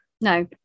No